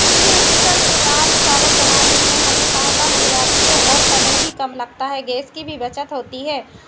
इसलिए कुकर से दाल चावल बनाने में हमें सहायता मिल जाती है और समय भी कम लगता है गेस की भी बचत होती है